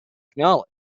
knowledge